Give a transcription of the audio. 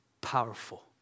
powerful